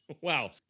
Wow